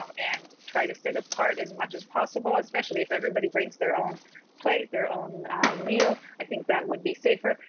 um and try to sit apart as much as possible, especially if everybody brings their own plate, their own meal. i think that would be safer.